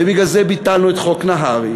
ובגלל זה ביטלנו את חוק נהרי,